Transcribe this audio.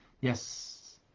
Yes